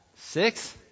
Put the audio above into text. Six